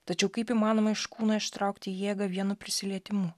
tačiau kaip įmanoma iš kūno ištraukti jėgą vienu prisilietimu